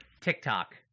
TikTok